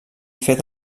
fet